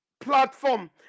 platform